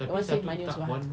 that [one] save money also ah